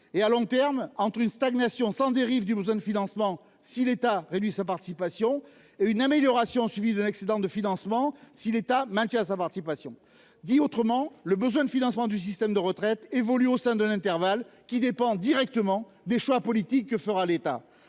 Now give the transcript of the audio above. et à long terme entre une stagnation sans dérive du besoin de financement. Si l'État réduit sa participation et une amélioration, suivi de l'excédent de financement. Si l'État maintient sa participation. Dit autrement, le besoin de financement du système de retraites évolue au sein de l'intervalle qui dépend directement des choix politiques. Que fera l'État.